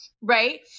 right